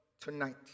tonight